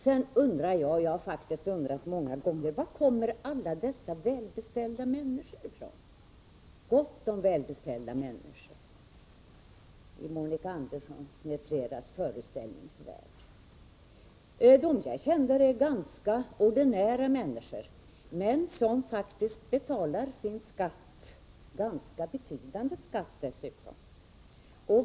Sedan undrar jag — jag har faktiskt undrat många gånger — varifrån alla dessa välbeställda människor kommer. Gott om välbeställda människor är det i Monica Anderssons och andras föreställningsvärld. De som jag känner är ganska ordinära människor, som faktiskt betalar sin skatt, ofta ganska betydande skatt dessutom.